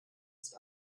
ist